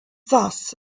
thus